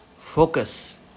Focus